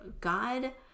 God